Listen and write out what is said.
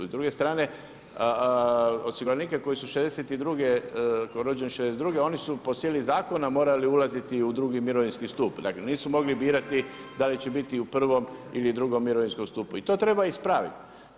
I s druge strane osiguranike koji su rođeni '62. oni su po sili zakona morali ulaziti u drugi mirovinski stup, dakle nisu mogli birati da li će biti u prvom ili drugom mirovinskom skupu i to treba ispraviti.